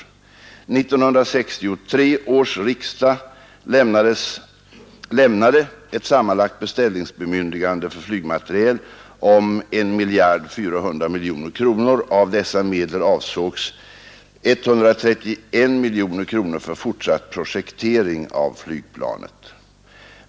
1963 års riksdag lämnade ett sammanlagt beställningsbemyndigande för flygmateriel om 1 400 miljoner kronor. Av dessa medel avsågs 131 miljoner kronor för fortsatt projektering av flygplanet.